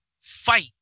fight